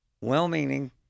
well-meaning